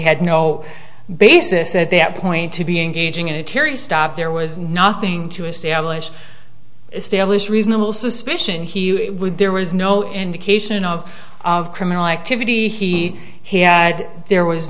had no basis at that point to be engaging in a terry stop there was nothing to establish establish reasonable suspicion he would there was no indication of criminal activity he he had there was